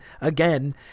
again